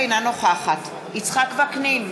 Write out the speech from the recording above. אינה נוכחת יצחק וקנין,